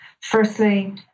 firstly